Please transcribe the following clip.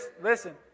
Listen